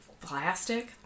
plastic